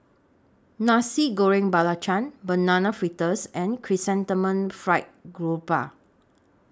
Nasi Goreng Belacan Banana Fritters and Chrysanthemum Fried Grouper